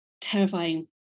terrifying